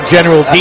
General